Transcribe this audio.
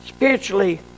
Spiritually